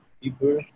people